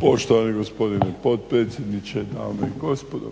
Poštovani gospodine potpredsjedniče, dame i gospodo.